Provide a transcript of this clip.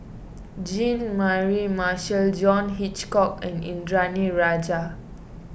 Jean Mary Marshall John Hitchcock and Indranee Rajah